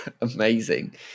Amazing